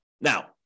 Now